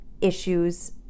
issues